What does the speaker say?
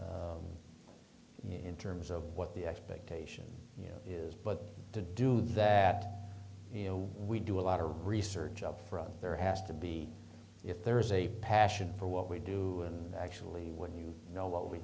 in terms of what the expectation is but to do that you know we do a lot of research up front there has to be if there is a passion for what we do and actually when you know what we